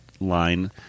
line